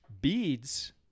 Beads